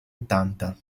ottanta